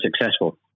successful